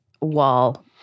wall